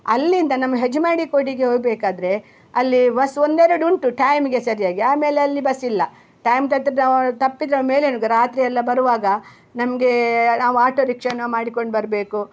ಅಲ್ಲಿಂದ ನಮ್ಮ ಹೆಜ್ಮಾಡಿ ಕೋಡಿಗೆ ಹೋಗಬೇಕಾದ್ರೆ ಅಲ್ಲಿ ಬಸ್ ಒಂದೆರಡು ಉಂಟು ಠಾಯ್ಮಿಗೆ ಸರಿಯಾಗಿ ಆಮೇಲೆ ಅಲ್ಲಿ ಬಸ್ ಇಲ್ಲ ಟಾಯ್ಮ್ ನಾವು ತಪ್ಪಿದರ ಮೇಲೆ ನಮಗೆ ರಾತ್ರಿಯೆಲ್ಲ ಬರುವಾಗ ನಮ್ಗೆ ನಾವು ಆಟೋ ರಿಕ್ಷಾನ ಮಾಡಿಕೊಂಡು ಬರಬೇಕು